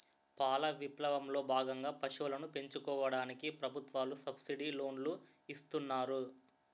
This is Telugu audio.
పాల విప్లవం లో భాగంగా పశువులను పెంచుకోవడానికి ప్రభుత్వాలు సబ్సిడీ లోనులు ఇస్తున్నారు